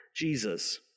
Jesus